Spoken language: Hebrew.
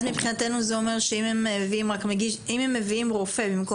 מבחינתנו זה אומר שאם הם מביאים רופא במקום